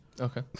Okay